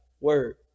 Word